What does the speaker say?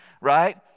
right